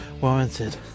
warranted